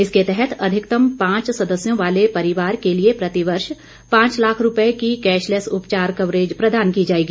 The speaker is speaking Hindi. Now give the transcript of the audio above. इसके तहत अधिकतम पांच सदस्यों वाले परिवार के लिए प्रतिवर्ष पांच लाख रुपए की कैशलेस उपचार कवरेज प्रदान की जाएगी